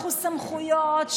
לקחו סמכויות,